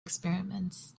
experiments